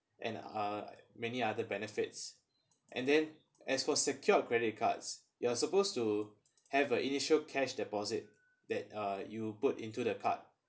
and uh many other benefits and then as for secured credit cards you're supposed to have a initial cash deposit that uh you put into the card